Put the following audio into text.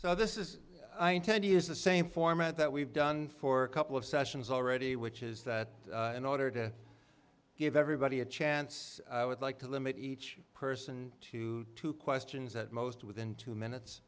so this is i intend to use the same format that we've done for a couple of sessions already which is that in order to give everybody a chance i would like to limit each person to two questions at most within two minutes